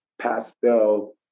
pastel